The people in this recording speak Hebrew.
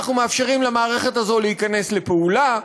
אנחנו מאפשרים למערכת הזאת להיכנס לפעולה.